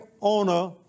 owner